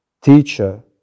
teacher